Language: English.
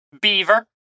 Beaver